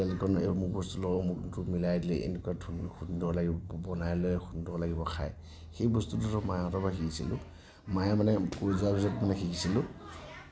তেলকণ অমুক বস্তু ল' অমুকটো মিলাই দিলে এনেকুৱা ধুনীয়া সুন্দৰ লাগিব বনালে সুন্দৰ লাগিব খাই সেই বস্তুটো মাহঁতৰ পৰা শিকিছিলোঁ মায়ে মানে কৈ যোৱা পিছত মানে শিকিছিলোঁ